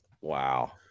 Wow